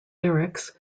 lyrics